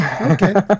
Okay